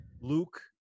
Luke